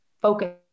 focus